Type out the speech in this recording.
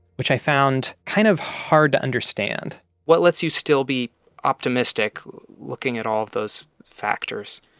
which i found kind of hard to understand what lets you still be optimistic looking at all of those factors?